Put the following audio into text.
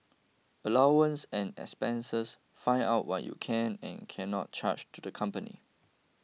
allowance and expenses find out what you can and cannot charge to the company